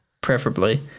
Preferably